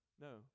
No